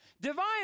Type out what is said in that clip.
Divine